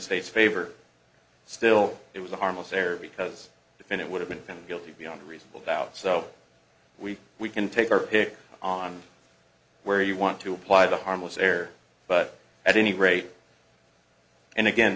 state's favor still it was a harmless error because if it would have been found guilty beyond a reasonable doubt so we we can take our pick on where you want to apply the harmless error but at any rate and again